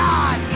God